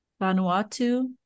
Vanuatu